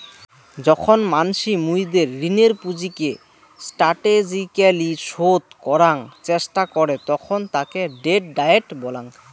যখন মানসি মুইদের ঋণের পুঁজিকে স্টাটেজিক্যলী শোধ করাং চেষ্টা করে তখন তাকে ডেট ডায়েট বলাঙ্গ